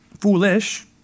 foolish